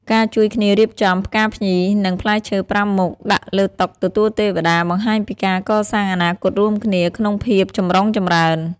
ការជួយគ្នារៀបចំ "ផ្កាភ្ញី" និង "ផ្លែឈើប្រាំមុខ" ដាក់លើតុទទួលទេវតា បង្ហាញពីការកសាងអនាគតរួមគ្នាក្នុងភាពចម្រុងចម្រើន។